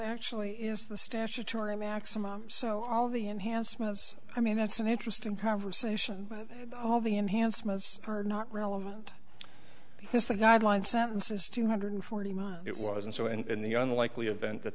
actually is the statutory maximum so all the enhancements i mean that's an interesting conversation but all the enhanced most are not relevant because the guideline sentence is two hundred forty mile it was and so and in the unlikely event that